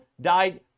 died